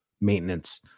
maintenance